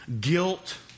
Guilt